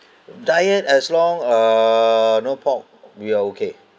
diet as long err no pork we're okay